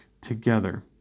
together